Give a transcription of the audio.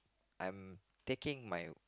I'm taking my